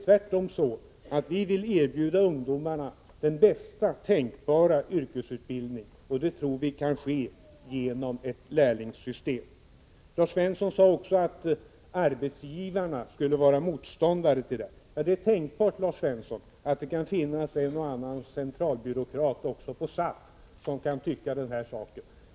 Tvärtom vill vi erbjuda ungdomarna bästa tänkbara yrkesutbildning, vilket vi tror kan ske genom ett lärlingssystem. Lars Svensson sade också att arbetsgivarna skulle vara motståndare till detta system. Det är tänkbart, Lars Svensson, att det kan finnas en och annan centralbyråkrat också på SAF som kan tycka så.